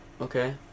Okay